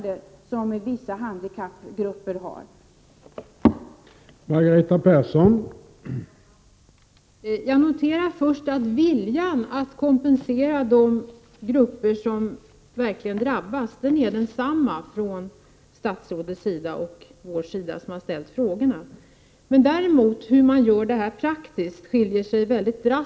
Däremot skiljer sig våra åsikter mycket drastiskt åt när det gäller hur man skall genomföra det här praktiskt.